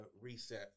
reset